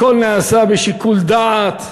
הכול נעשה בשיקול דעת,